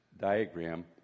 diagram